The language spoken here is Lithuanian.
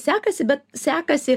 sekasi bet sekasi